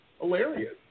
hilarious